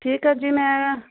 ਠੀਕ ਆ ਜੀ ਮੈਂ